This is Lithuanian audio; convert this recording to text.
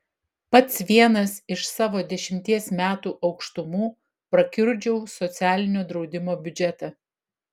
pats vienas iš savo dešimties metų aukštumų prakiurdžiau socialinio draudimo biudžetą